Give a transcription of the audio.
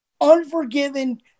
Unforgiven